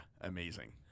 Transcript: amazing